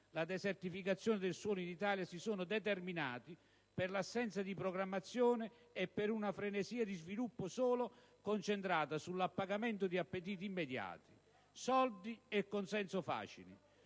la desertificazione del suolo in Italia si sono determinati per l'assenza di programmazione e per una frenesia di sviluppo concentrata solo sull'appagamento di appetiti immediati: soldi e consenso facili.